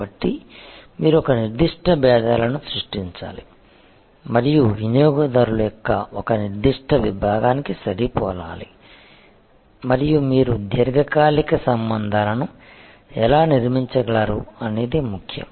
కాబట్టి మీరు ఒక నిర్దిష్ట భేదాలను సృష్టించాలి మరియు వినియోగదారుల యొక్క ఒక నిర్దిష్ట విభాగానికి సరిపోలాలి మరియు మీరు దీర్ఘకాలిక సంబంధాలను ఎలా నిర్మించగలరు అనేది ముఖ్యం